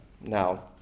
now